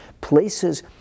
places